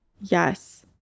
yes